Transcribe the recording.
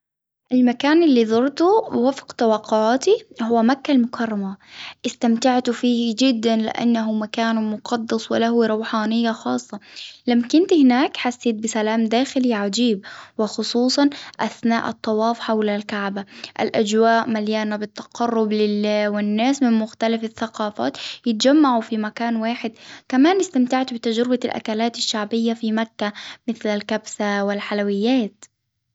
المكان اللي زرته وفق توقعاتي هو مكة المكرمة، إستمتعت فيه جدا لإنه مكان مقدس وله روحانية خاصة، لما كنت هناك حسيت بسلام داخلي عجيب وخصوصا أثناء الطواف حول الكعبة، الأجواء مليانة بالتقرب لله والناس من مختلف الثقافات يتجمعوا في مكان واحد كمان إستمتعت بتجربة الإكلات الشعبية في مكة مثل الكبسة والحلويات.